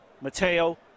Mateo